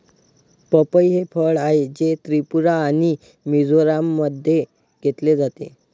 पपई हे फळ आहे, जे त्रिपुरा आणि मिझोराममध्ये घेतले जाते